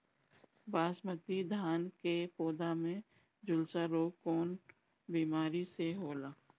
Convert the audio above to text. बासमती धान क पौधा में झुलसा रोग कौन बिमारी से होला?